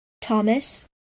Thomas